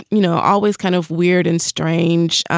you know, always kind of weird and strange.